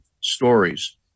stories